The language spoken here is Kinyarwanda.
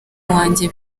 wanjye